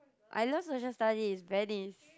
I love Social Studies Venice